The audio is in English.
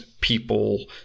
people